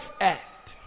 Act